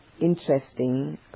interesting